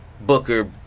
Booker